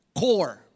core